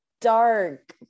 dark